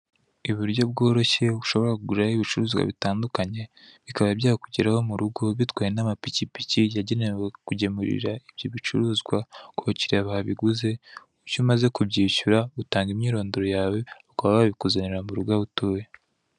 Uburyo bworoshye ushobora guraho ibicuruzwa bitandukanye bikaba byakugeraho mu rugo bitwawe n'amapikipiki yagenewe kugemurira ibyo bicuruzwa ku bakiriya babiguze, iyo umaze kubyishyura utanga imyirondoro yawe bakaba babikuzanira mu rugo aho utuye.